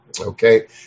okay